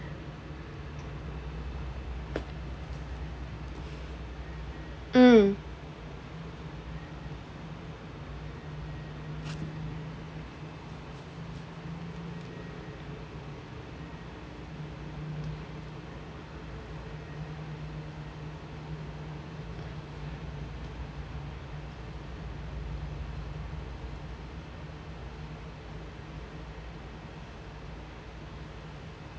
um